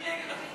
אני נגד החוק.